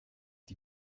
die